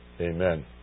amen